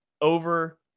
over